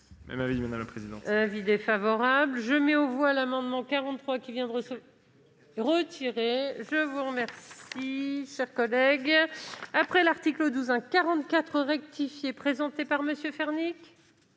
Même avis, madame la présidente.